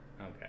Okay